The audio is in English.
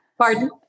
Pardon